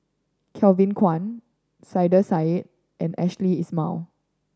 Kevin Kwan Saiedah Said and Ashley Isham